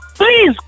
Please